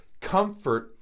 comfort